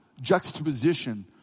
juxtaposition